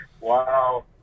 Wow